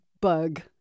bug